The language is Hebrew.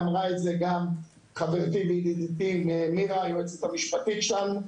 אמרה את זה גם חברתי וידידתי מירה היועצת המשפטית שלנו.